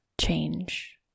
change